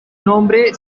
nombre